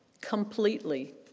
completely